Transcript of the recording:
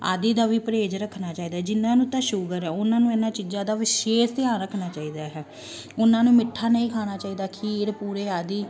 ਆਦਿ ਦਾ ਵੀ ਪ੍ਰਹੇਜ਼ ਰੱਖਣਾ ਚਾਹੀਦਾ ਜਿਨ੍ਹਾਂ ਨੂੰ ਤਾਂ ਸ਼ੂਗਰ ਹੈ ਉਹਨਾਂ ਨੂੰ ਇਹਨਾਂ ਚੀਜ਼ਾਂ ਦਾ ਵਿਸ਼ੇਸ਼ ਧਿਆਨ ਰੱਖਣਾ ਚਾਹੀਦਾ ਹੈ ਉਹਨਾਂ ਨੂੰ ਮਿੱਠਾ ਨਹੀਂ ਖਾਣਾ ਚਾਹੀਦਾ ਖੀਰ ਪੂੜੇ ਆਦਿ